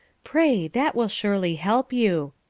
pray that will surely help you.